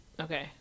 okay